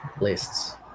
lists